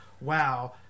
wow